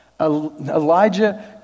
Elijah